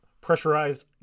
pressurized